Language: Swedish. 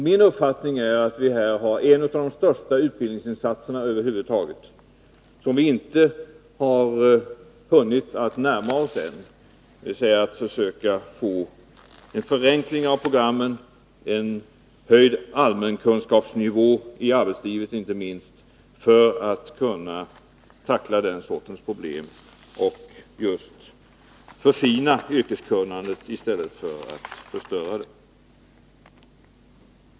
Min uppfattning är att det här är fråga om en av de största utbildningsinsatserna över huvud taget, som vi ännu inte har hunnit att närma oss, dvs. insatser som syftar till att få en förenkling av programmen och en höjd nivå på allmänkunskapen inte minst i arbetslivet, så att man kan tackla den här sortens problem och förfina yrkeskunnandet i stället för att förstöra det.